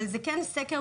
אבל זהו כן סקר,